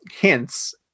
hints